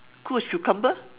cool as cucumber